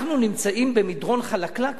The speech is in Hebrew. אנחנו נמצאים במדרון חלקלק,